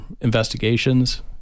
investigations